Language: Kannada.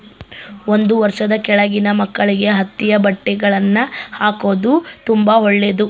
ಒಂದು ವರ್ಷದ ಕೆಳಗಿನ ಮಕ್ಕಳಿಗೆ ಹತ್ತಿಯ ಬಟ್ಟೆಗಳ್ನ ಹಾಕೊದು ತುಂಬಾ ಒಳ್ಳೆದು